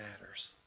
matters